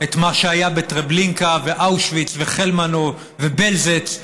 את מה שהיה בטרבלינקה ואושוויץ וחלמנו ובלז'ץ,